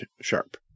sharp